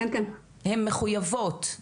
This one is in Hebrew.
הן מחויבות??